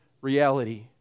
reality